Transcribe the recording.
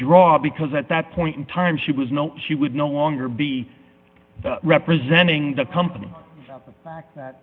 draw because at that point in time she was no she would no longer be representing the company that